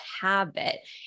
habit